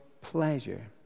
pleasure